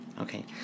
Okay